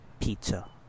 pizza